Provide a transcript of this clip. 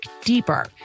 deeper